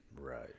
right